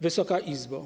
Wysoka Izbo!